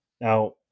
Now